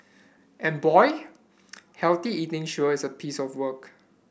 and boy healthy eating sure is a piece of work